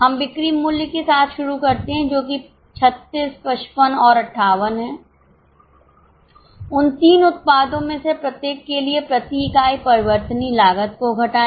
हम बिक्री मूल्य के साथ शुरू करते हैं जो कि 36 55 और 58 है उन तीन उत्पादों में से प्रत्येक के लिए प्रति इकाई परिवर्तनीय लागत को घटाए